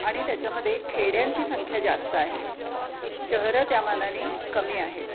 आणि त्याच्यामध्ये खेड्यांची संख्या जास्त आहे शहरं त्या मानाने कमी आहेत